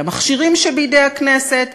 של המכשירים שבידי הכנסת,